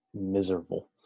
miserable